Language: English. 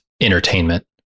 entertainment